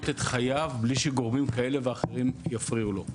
את חייו בלי שגורמים כאלה ואחרים יפריעו לו.